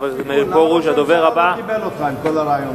למה ראש הממשלה לא קיבל אותך עם כל הרעיונות שלך?